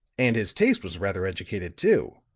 and his taste was rather educated, too,